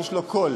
יש לו קול,